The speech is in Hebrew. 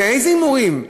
ואיזה הימורים?